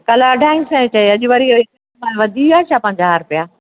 कल्ह अढाई सौ चइ अॼु वरी वधी विया छा पंजाह रुपिया